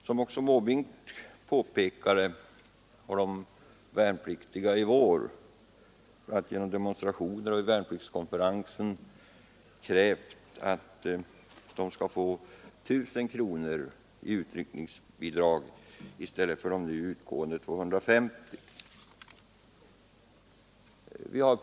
Som också herr Måbrink påpekade har de värnpliktiga i år genom demonstrationer och vid värnpliktsriksdagen krävt 1 000 kronor i utryckningsbidrag i stället för nu utgående 250 kronor.